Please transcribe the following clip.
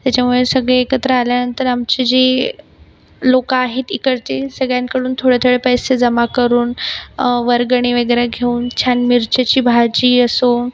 त्याच्यामुळे सगळे एकत्र आल्यानंतर आमची जी लोक आहेत इकडची सगळ्यांकडून थोडे थोडे पैसे जमा करून वर्गणी वगैरे घेऊन छान मिर्चीची भाजी असो